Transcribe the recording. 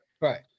Right